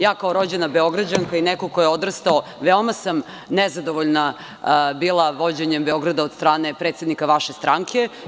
Ja kao rođena Beograđanka i neko ko je odrastao, veoma sam nezadovoljna bila vođenjem Beograda od strane predsednika vaše stranke.